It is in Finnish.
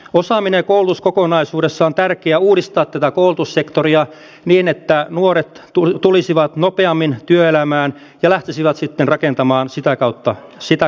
osaaminen ja koulutus kokonaisuudessa on tärkeää uudistaa koulutussektoria niin että nuoret tulisivat nopeammin työelämään ja lähtisivät sitten rakentamaan sitä kautta elämää